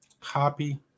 Copy